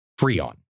Freon